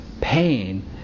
pain